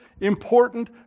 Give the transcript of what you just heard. important